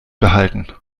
behalten